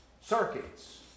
circuits